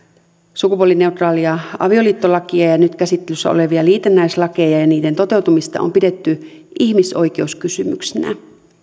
sukupuolineutraalia avioliittolakia ja ja nyt käsittelyssä olevia liitännäislakeja ja niiden toteutumista on pidetty ihmisoikeuskysymyksinä